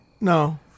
No